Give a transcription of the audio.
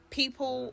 people